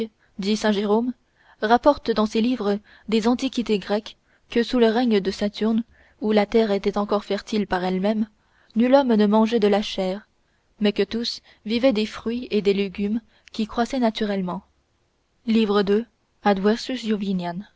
saint jérôme rapporte dans ses livres des antiquités grecques que sous le règne de saturne où la terre était encore fertile par elle-même nul homme ne mangeait de chair mais que tous vivaient des fruits et des légumes qui croissaient naturellement